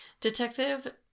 Detective